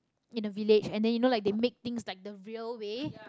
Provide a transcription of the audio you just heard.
in a village and then you know like they make things like the real way